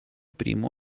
primo